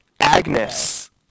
Agnes